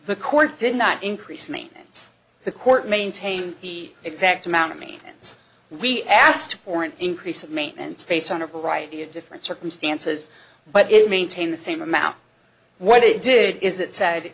the court did not increase maintenance the court maintained the exact amount means we asked for an increase of maintenance based on a variety of different circumstances but it maintain the same amount what it did is it said